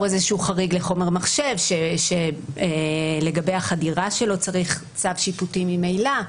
איזשהו חריג לחומר מחשב שלגבי החדירה שלו צריך צו שיפוטי ממילא.